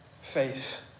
face